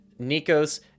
Nikos